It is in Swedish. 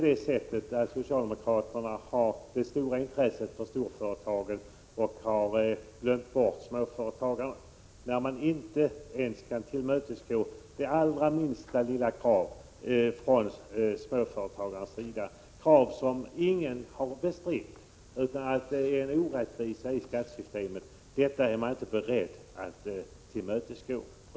Har socialdemokraterna så stort intresse för storföretagen att man har glömt bort småföretagarna? Man kan inte ens tillmötesgå det allra minsta lilla krav från småföretagarnas sida. Det gäller krav som har sin grund i orättvisa i skattesystemet. Dessa krav är man inte beredd att tillmötesgå.